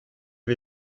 des